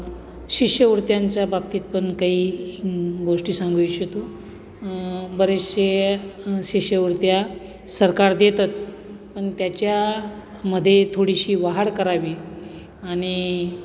शिष्यवृत्त्यांच्या बाबतीत पण काही गोष्टी सांगू इ्च्छितो बरेचसे शिष्यवृत्त्या सरकार देतच पण त्याच्यामध्ये थोडीशी वाढ करावी आणि